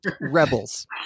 Rebels